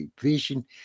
vision